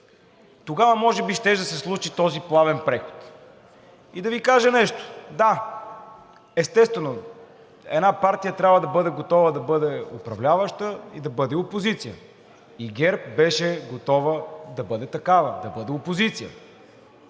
тогава може би щеше да се случи този плавен преход. И да Ви кажа нещо: да, естествено, една партия трябва да бъде готова да бъде управляваща, и да бъде опозиция. ГЕРБ беше готова да бъде такава, да бъде опозиция,